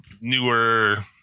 newer